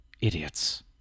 Idiots